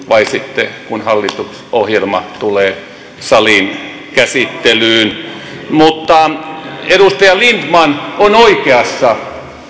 vai sitten kun hallitusohjelma tulee saliin käsittelyyn mutta edustaja lindtman on oikeassa